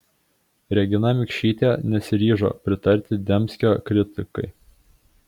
regina mikšytė nesiryžo pritarti dembskio kritikai